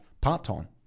part-time